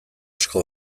asko